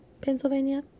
Pennsylvania